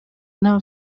nta